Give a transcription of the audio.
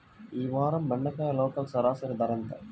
ఈ వారం బెండకాయ లోకల్ సరాసరి ధర ఎంత?